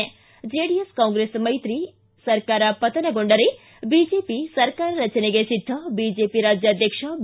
ಿ ಜೆಡಿಎಸ್ ಕಾಂಗ್ರೆಸ್ ಮೈತ್ರಿ ಸರ್ಕಾರ ಪತನಗೊಂಡರೆ ಬಿಜೆಪಿ ಸರ್ಕಾರ ರಚನೆಗೆ ಸಿದ್ಧ ಬಿಜೆಪಿ ರಾಜ್ಯಾಧ್ಯಕ್ಷ ಬಿ